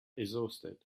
exhausted